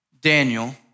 Daniel